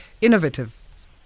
innovative